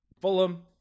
Fulham